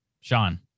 Sean